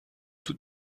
tout